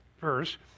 verse